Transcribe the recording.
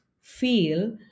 feel